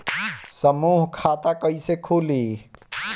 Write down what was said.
समूह खाता कैसे खुली?